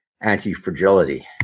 anti-fragility